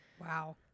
Wow